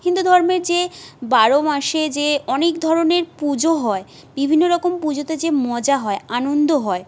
হিন্দু ধর্মের যে বারো মাসে যে অনেক ধরনের পুজো হয় বিভিন্ন রকম পুজোতে যে মজা হয় আনন্দ হয়